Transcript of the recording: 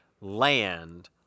land